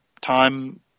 time